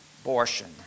Abortion